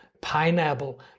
pineapple